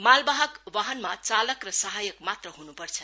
मालवाहक वाहनमा चालक र सहायक मात्र हुनुपर्छ